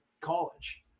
college